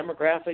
demographic